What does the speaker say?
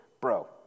bro